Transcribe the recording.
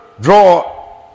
draw